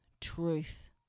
truth